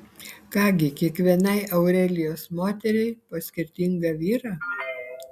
ką gi kiekvienai aurelijos moteriai po skirtingą vyrą